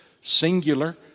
singular